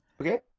okay